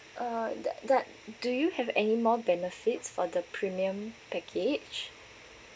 uh the the do you have any more benefits for the premium package